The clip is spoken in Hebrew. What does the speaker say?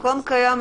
בתיאום או לבקשת.